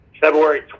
February